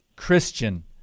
Christian